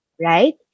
right